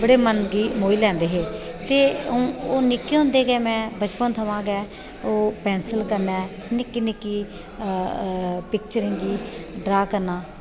बड़े मन गी मोही लैंदे हे ते हून निक्के होंदे गै में बचपन थमां गै ओह् पैंसिल कन्नै ओह् निक्की निक्की पिक्चरेंगी ड्रा करना